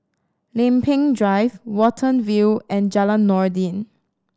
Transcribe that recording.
Lempeng Drive Watten View and Jalan Noordin